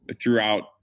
throughout